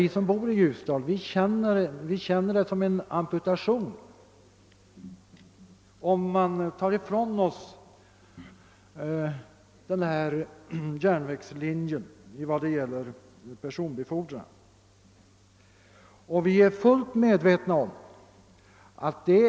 Vi som bor i Ljusdal känner det som en amputation om man tar ifrån oss möjligheten till personbefordran på denna järnvägslinje.